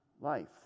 life